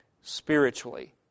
Spiritually